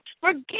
Forgive